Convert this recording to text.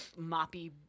moppy